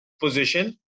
position